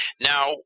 Now